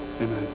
Amen